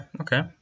okay